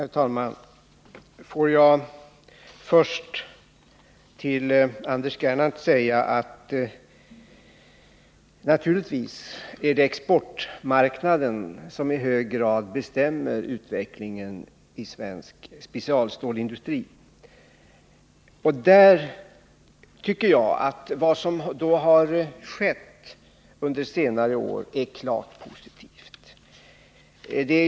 Herr talman! Jag vill till att börja med säga till Anders Gernandt att det naturligtvis är exportmarknaden som i hög grad bestämmer utvecklingen inom svensk specialstålsindustri. Jag tycker att vad som på det området har skett under senare år är klart positivt.